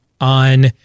on